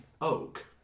Oak